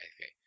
Okay